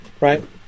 right